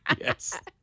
yes